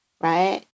right